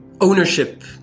ownership